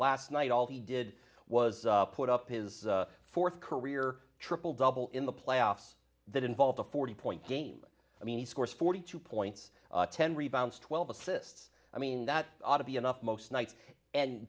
last night all he did was put up his fourth career triple double in the playoffs that involved a forty point game i mean scores forty two point when rebounds twelve assists i mean that ought to be enough most nights and